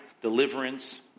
Deliverance